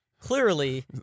clearly-